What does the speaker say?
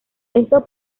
estos